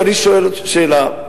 ואני שואל שאלה,